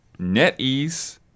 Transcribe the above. NetEase